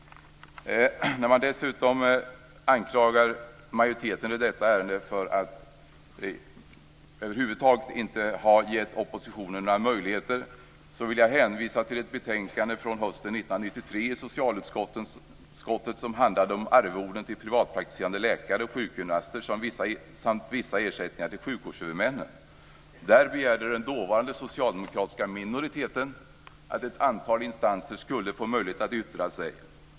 När man dessutom anklagar majoriteten i detta ärende för att över huvud taget inte ha gett oppositionen några möjligheter vill jag hänvisa till ett betänkande från hösten 1993 i socialutskottet som handlade om arvoden till privatpraktiserande läkare och sjukgymnaster samt vissa ersättningar till sjukvårdshuvudmännen. Där begärde den dåvarande socialdemokratiska minoriteten att ett antal instanser skulle få möjlighet att yttra sig.